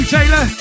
Taylor